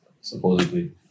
supposedly